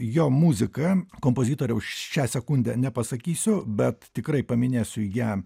jo muzika kompozitoriaus šią sekundę nepasakysiu bet tikrai paminėsiu ją